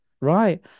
Right